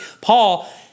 Paul